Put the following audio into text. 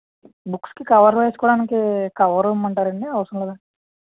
బుక్స్కి కవర్ వేసుకోవడానికి కవర్ ఇమ్మంటారాండి అవసరం లేదా